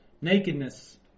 nakedness